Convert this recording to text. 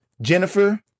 Jennifer